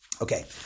Okay